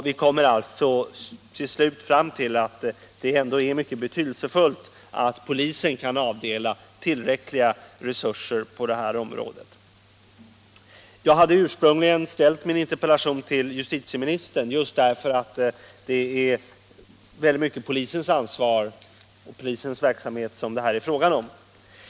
Vi kommer alltså till slut fram till att det är mycket betydelsefullt att polisen kan avdela tillräckliga resurser på detta område. Jag hade ställt min interpellation till justitieministern just därför att det här i stor utsträckning är fråga om polisens ansvar och verksamhet.